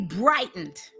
brightened